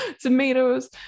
tomatoes